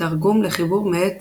תרגום לחיבור מאת